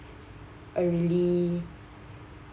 a really